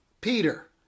Peter